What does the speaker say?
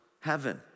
heaven